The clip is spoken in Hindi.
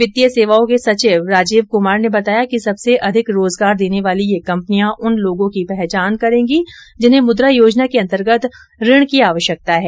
वित्तीय सेवाओं के सचिव राजीव कुमार ने बताया कि सबसे अधिक रोजगार देने वाली यह कंपनियां उन लोगों की पहचान करेंगी जिन्हें मुद्रा योजना के अंतर्गत ऋण की आवश्यकता है